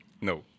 No